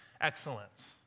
excellence